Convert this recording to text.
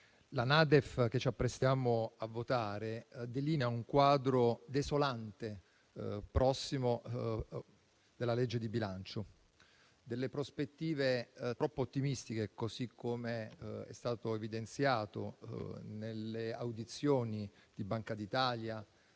la NADEF che ci apprestiamo a votare delinea un quadro desolante rispetto alla prossima legge di bilancio, con prospettive troppo ottimistiche, così come è stato evidenziato nelle audizioni della Banca d'Italia,